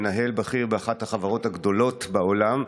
מנהל בכיר באחת החברות הגדולות בעולם.